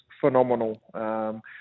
phenomenal